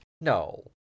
No